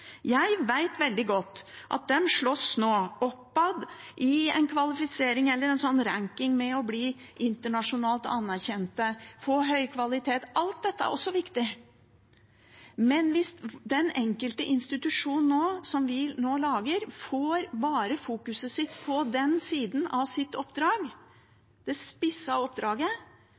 Jeg vet veldig godt at de nå slåss oppad i en kvalifisering eller i en slags «ranking» for å bli internasjonalt anerkjent, få høy kvalitet. Alt dette er også viktig, men hvis den enkelte institusjon som vi nå lager, bare fokuserer på den siden av sitt oppdrag, det spissede oppdraget,